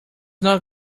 not